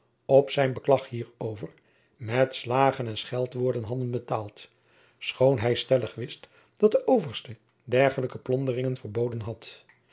op zijn beklag hierover met slagen en scheldwoorden hadden betaald schoon hij stellig wist dat de overste dergelijke plonderingen verboden had